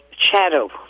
shadow